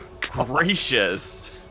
gracious